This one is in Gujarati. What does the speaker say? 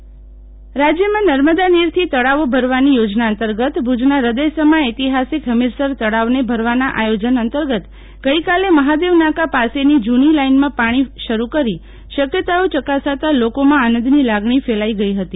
શીતલ વૈષ્ણવ હમીરસરમાં નર્મદા નીર રાજ્યમાં નર્મદા નીરથી તળાવો ભરવાની યોજના અંતર્ગત ભુજના હૃદયસમા ઐતિહાસિક હમીરસર તળાવને ભરવાના આયોજન અંતંગત ગઈકાલે મહાદેવ નાકા પાસેની જુની લાઈનમાં પાણી શરૂ કરી શક્યતાઓ ચકાસાતા લોકોમાં આનંદની લાગણી ફેલાઈ ગઈ હતી